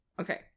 Okay